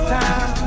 time